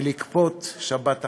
ולכפות שבת אחרת.